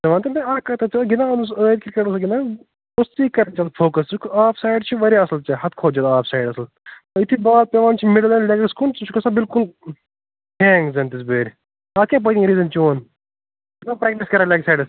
ژٕ وَنتہٕ مےٚ اَکھ کَتھَہ ژٔے گِنٛدان اوسُکھ ٲدۍ کِرکَٹ اوسُکھ گِنٛدان ژٕ اوسکھ سٕویٖپ کران زیادٕ فوکَس ژٕ چھُکھ آف سایِڈ چھُے واریاہ اَصٕل ژٔے حد کھۄتہٕ زیادٕ آف سایِڈ اَصٕل ژےٚ یُتھٕے بال پٮ۪وَان چھِ مِڈل اینٛڈ لٮ۪گس کُن ژٕ چھُکھ گَژھان بِلکل ہینٛگ زَن تِزۍ بٲرۍ تَتھ کیاہ پٕتۍ کِنۍ ریٖزَن چوٗن ژٕ چھُکھ نَہ پرٛیکٹِس کَرَان لٮ۪گ سایِڈس